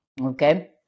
okay